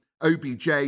OBJ